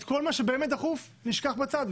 וכל מה שבאמת דחוף נשכח בצד.